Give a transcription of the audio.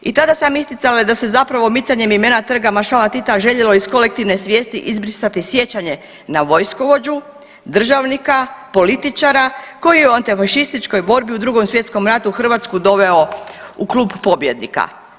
I tada sam isticala da se zapravo micanjem imena Trga maršala Tita željelo iz kolektivne svijesti izbrisati sjećanje na vojskovođu, državnika, političara koji je u antifašističkoj borbi u Drugom svjetskom ratu Hrvatsku doveo u klub pobjednika.